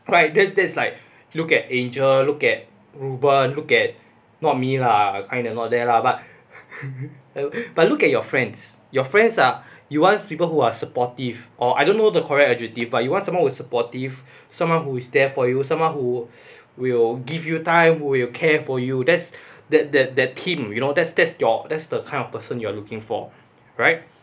right that's that's like look at angel look at reu ben look at not me lah kind of not there lah but but look at your friends your friends are you want people who are supportive or I don't know the correct adjective or you want someone who's supportive someone who is there for you someone who will give you time who will care for you that's that that that theme you know that's that's your that's the kind of person you are looking for right